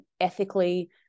ethically